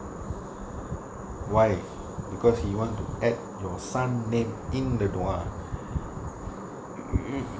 why because he want to add your son name in the dua ah err